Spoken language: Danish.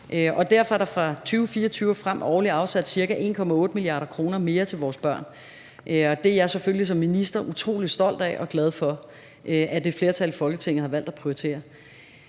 Derfor er der fra 2024 og frem årligt afsat ca. 1,8 mia. kr. mere til vores børn, og det er jeg som minister selvfølgelig utrolig stolt af og glad for at et flertal i Folketinget har valgt at prioritere.